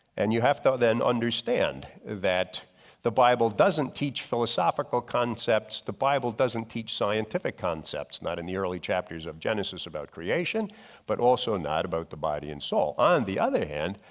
and you have to then understand that the bible doesn't teach philosophical concepts, the bible doesn't teach scientific concepts not in the early chapters of genesis about creation but also not about the body and soul. on the other hand,